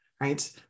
right